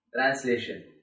Translation